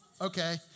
Okay